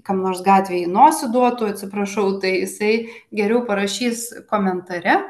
kam nors gatvėje į nosį duotų atsiprašau tai jisai geriau parašys komentare